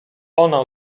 ona